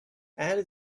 add